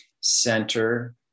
center